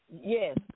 Yes